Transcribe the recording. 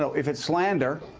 so if it's slander,